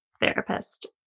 therapist